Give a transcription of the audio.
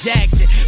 Jackson